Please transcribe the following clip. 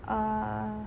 uh